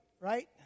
right